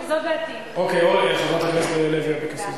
חברת הכנסת לוי אבקסיס.